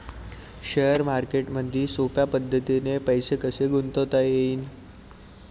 Share मार्केटमधी सोप्या पद्धतीने पैसे कसे गुंतवता येईन?